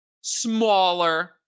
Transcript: smaller